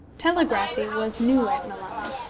telegraphy was new at milan,